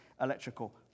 electrical